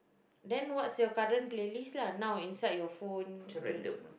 then what's you current playlist lah now inside your phone the